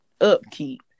upkeep